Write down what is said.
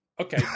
Okay